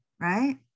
right